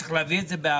צריך להביא את זה בהעברה?